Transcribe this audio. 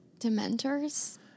Dementors